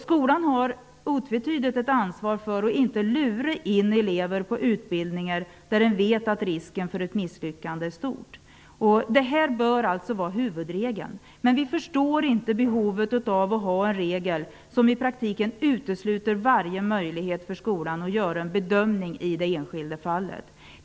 Skolan har otvetydigt ett ansvar för att inte lura in elever på utbildningar där man vet att risken för ett misslyckande är stor. Detta bör vara huvudregeln. Men vi förstår inte behovet av att ha en regel som i praktiken utesluter varje möjlighet för skolan att göra en bedömning i det enskilda fallet.